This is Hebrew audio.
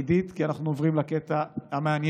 עידית, כי אנחנו עוברים לקטע המעניין.